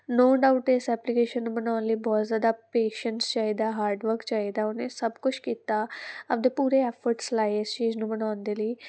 ਨੋ doubt ਇਸ application ਨੂੰ ਬਣਾਉਣ ਲਈ ਬਹੁਤ ਜ਼ਿਆਦਾ ਪੇਸ਼ੰਸ ਚਾਹੀਦਾ ਹਾਰਡ ਵਰਕ ਚਾਹੀਦਾ ਉਹਨੇ ਸਭ ਕੁਝ ਕੀਤਾ ਆਪਦੇ ਪੂਰੇ ਐਫਰਟਸ ਲਾਏ ਇਸ ਚੀਜ਼ ਨੂੰ ਬਣਾਉਣ ਦੇ ਲਈ